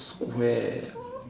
where